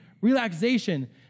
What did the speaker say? relaxation